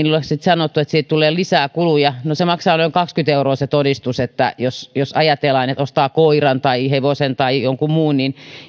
minulle sanottu että siitä tulee lisää kuluja no se maksaa noin kaksikymmentä euroa se todistus niin että jos jos ajatellaan että ostaa koiran tai hevosen tai jonkun muun niin